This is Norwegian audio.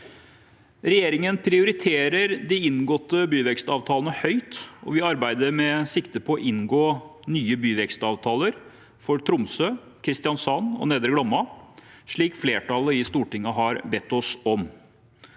Regjeringen prioriterer de inngåtte byvekstavtalene høyt, og vi arbeider med sikte på å inngå nye byvekstavtaler for Tromsø, Kristiansand og Nedre Glomma, slik flertallet i Stortinget har bedt oss om.